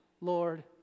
Lord